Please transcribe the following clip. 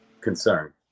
concern